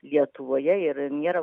lietuvoje ir nėra